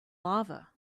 lava